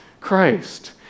Christ